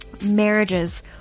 marriages